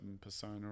persona